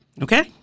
Okay